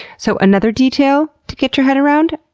so, another detail to get your head around?